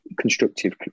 constructive